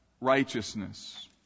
righteousness